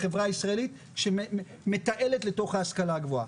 החברה הישראלית שמתעלת לתוך ההשכלה הגבוהה,